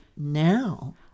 now